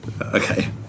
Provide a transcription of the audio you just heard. Okay